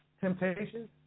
Temptations